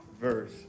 verse